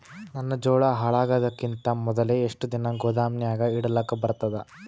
ನನ್ನ ಜೋಳಾ ಹಾಳಾಗದಕ್ಕಿಂತ ಮೊದಲೇ ಎಷ್ಟು ದಿನ ಗೊದಾಮನ್ಯಾಗ ಇಡಲಕ ಬರ್ತಾದ?